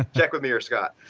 check with me or scott.